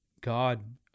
God